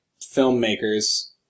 filmmakers